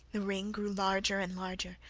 the ring grew larger and larger,